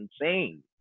insane